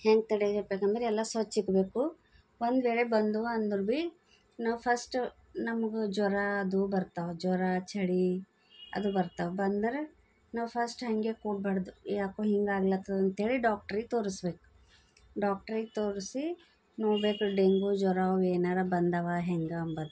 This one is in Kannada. ಹೆಂಗೆ ತಡೆಗಟ್ಬೇಕಂದ್ರೆ ಎಲ್ಲ ಸ್ವಚ್ಛ ಇಡ್ಬೇಕು ಒಂದು ವೇಳೆ ಬಂದ್ವು ಅಂದ್ರೂ ಬಿ ನಾವು ಫಸ್ಟು ನಮಗ್ ಜ್ವರ ಅದು ಬರ್ತವೆ ಜ್ವರ ಚಳಿ ಅದು ಬರ್ತವೆ ಬಂದರೆ ನಾವು ಫಸ್ಟ್ ಹಾಗೆ ಕೂರ್ಬಾರ್ದು ಯಾಕೋ ಹಿಂಗೆ ಆಗ್ಲತ್ತದ್ ಅಂತ ಹೇಳಿ ಡಾಕ್ಟ್ರಿಗೆ ತೋರಿಸ್ಬೇಕ್ ಡಾಕ್ಟ್ರಿಗೆ ತೋರಿಸಿ ನೋಡಬೇಕು ಡೆಂಗೂ ಜ್ವರ ಏನಾರೂ ಬಂದಾವ ಹೆಂಗೆ ಅನ್ನದ್